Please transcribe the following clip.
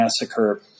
Massacre